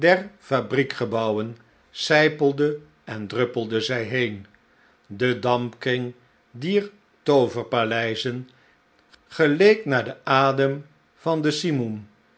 fabriekgebouwen sijpelde en druppelde zij heen de dampkring dier tooverpaleizen geleek naar den adera van den